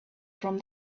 from